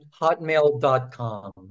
hotmail.com